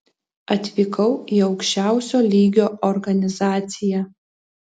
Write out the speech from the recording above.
atvykau į aukščiausio lygio organizaciją